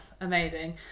Amazing